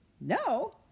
No